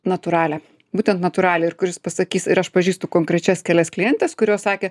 natūralią būtent natūralią ir kuris pasakys ir aš pažįstu konkrečias kelias klientes kurios sakė